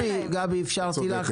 תודה גבי, אפשרתי לך.